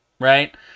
Right